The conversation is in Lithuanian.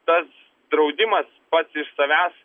tas draudimas pats iš savęs